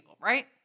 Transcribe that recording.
right